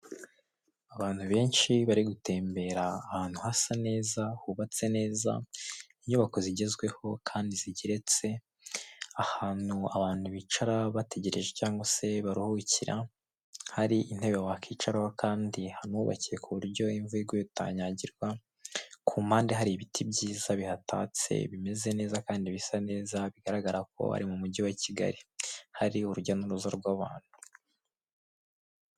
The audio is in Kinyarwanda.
Abantu benshi barigutembera ahantu hasa neza, hubatse neza, inyubako zigezweho kandi zigeretse, ahantu abantu bicara bategereje cyangwase baruhukira, hari intebe wakicaraho kandi hanubakiye kuburyo imvura iguye utanyagirwa. kumpande hari ibiti byiza bihatatse bimeze neza kandi bisa neza bigaragara ko ari mumugi wa kigali, hari urujya nuruza rwabantu.